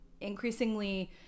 Increasingly